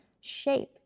shape